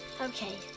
Okay